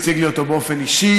הוא הציג לי אותו באופן אישי,